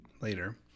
later